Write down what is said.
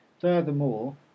Furthermore